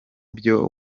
byo